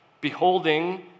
beholding